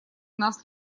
нас